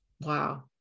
Wow